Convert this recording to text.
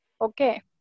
Okay